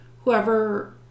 whoever